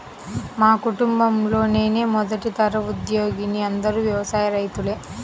మా కుటుంబంలో నేనే మొదటి తరం ఉద్యోగిని అందరూ వ్యవసాయ రైతులే